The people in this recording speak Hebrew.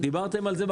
דיברתם על זה?